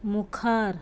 मुखार